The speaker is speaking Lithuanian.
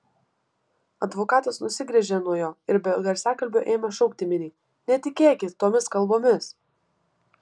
advokatas nusigręžė nuo jo ir be garsiakalbio ėmė šaukti miniai netikėkit tomis kalbomis